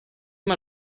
mal